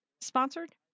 sponsored